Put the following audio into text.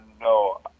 No